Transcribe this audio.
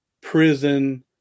prison